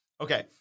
Okay